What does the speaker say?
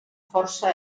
força